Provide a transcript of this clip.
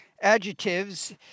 adjectives